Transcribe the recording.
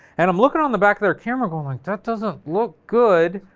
and i'm looking on the back of their camera going, that doesn't look good,